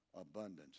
Abundance